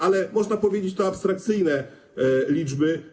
Ale można powiedzieć: to abstrakcyjne liczby.